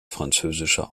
französischer